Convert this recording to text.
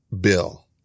Bill